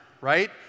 right